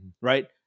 right